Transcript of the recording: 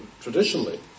traditionally